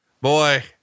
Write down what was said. Boy